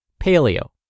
Paleo